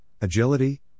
agility